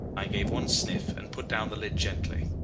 i gave one sniff, and put down the lid gently.